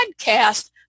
podcast